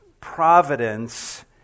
providence